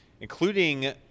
including